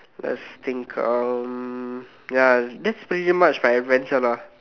let's think um ya that's pretty much my adventure lah